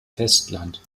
festland